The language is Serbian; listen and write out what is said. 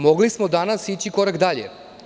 Mogli smo danas ići korak dalje.